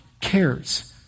cares